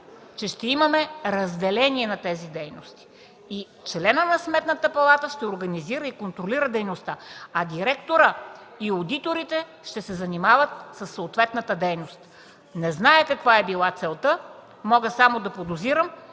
че ще имаме разделение на тези дейности и членът на Сметната палата ще организира и контролира дейността, а директорът и одиторите ще се занимават със съответната дейност. Не зная каква е била целта. Мога само да подозирам,